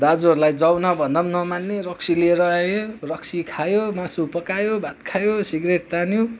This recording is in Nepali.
दाजुहरूलाई जाऊ न भन्दा पनि नमान्ने रक्सी लिएर आयो रक्सी खायो मासु पकायो भात खायो सिग्रेट तान्यो